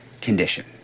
condition